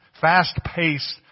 fast-paced